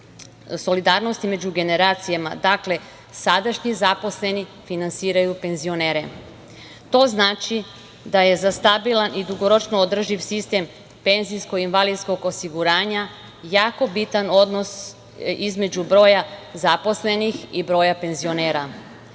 solidarnosti među generacijama, dakle sadašnji zaposleni finansiraju penzionere. To znači da je za stabilan i dugoročno održiv sistem PIO jako bitan odnos između broja zaposlenih i broja penzionera.